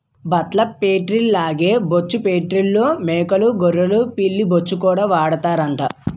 బట్టల ఫేట్రీల్లాగే బొచ్చు ఫేట్రీల్లో మేకలూ గొర్రెలు పిల్లి బొచ్చుకూడా వాడతారట